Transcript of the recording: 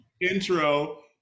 intro